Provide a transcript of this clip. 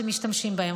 ומשתמשים בהם.